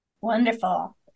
Wonderful